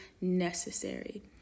necessary